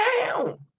down